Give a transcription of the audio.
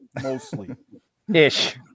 mostly-ish